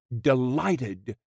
delighted